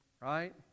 right